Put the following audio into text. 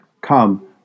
Come